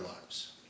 lives